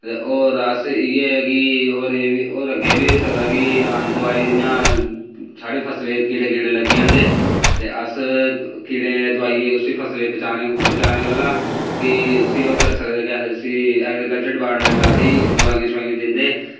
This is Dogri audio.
होर अस इयै कि होर अग्गें एह्बी होई सकदा कि आं दोआई जियां साढ़ी फसल गी कीड़े लग्गे दे होंदे ते अस दोआई कीड़े कोला बचाने गल्ला भी उसी उसी ओह् करी सकदे एग्रीकल्चर डिपॉर्टमेंट असें गी दोआइयां शोआइयां दिंदे